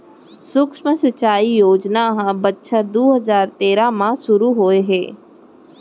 सुक्ष्म सिंचई योजना ह बछर दू हजार तेरा म सुरू होए हे